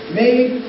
made